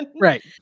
Right